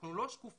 אנחנו לא שקופים.